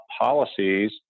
policies